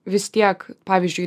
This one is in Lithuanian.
vis tiek pavyzdžiui